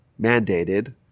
mandated